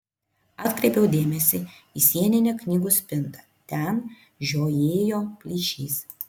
atkreipiau dėmesį į sieninę knygų spintą ten žiojėjo plyšys